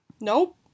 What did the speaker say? Nope